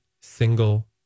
single